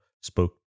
spoke